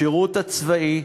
השירות, הצבאי,